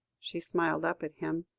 she smiled up at him,